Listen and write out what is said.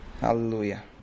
Hallelujah